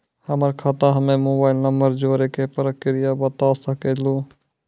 हमर खाता हम्मे मोबाइल नंबर जोड़े के प्रक्रिया बता सकें लू?